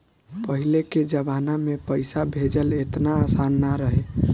पहिले के जमाना में पईसा भेजल एतना आसान ना रहे